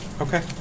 Okay